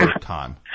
time